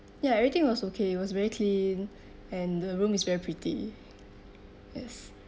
ya everything was okay was very clean and the room is very pretty yes